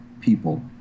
people